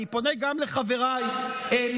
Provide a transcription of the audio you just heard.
אני פונה גם לחבריי מנהלי,